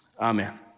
amen